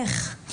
איך?